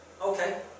Okay